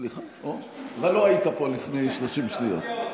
אה, סליחה, לא היית פה לפני 30 שניות.